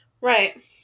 Right